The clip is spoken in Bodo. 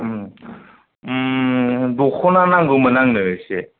दखना नांगौमोन आंनो एसे